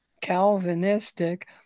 Calvinistic